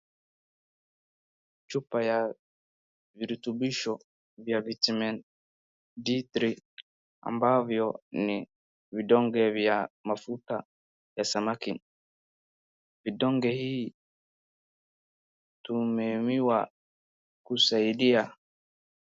Chupa ya virutubisho vya Vitamin D3 ambavyo ni vidonge vya mafuta ya samaki. Vidonge hii tumeumiwa kusaidia.